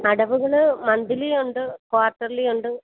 അടവുകൾ മന്തിലിയുണ്ട് ക്വാർട്ടർലിയുണ്ട്